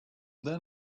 then